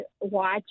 watch